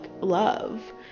love